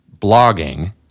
blogging